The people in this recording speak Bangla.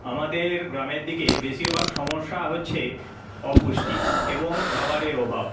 আমাদের গ্রামের দিকে বেশিরভাগ সমস্যা হচ্ছে অপুষ্টি এবং খাওয়ারের অভাব